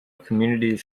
communities